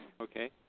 Okay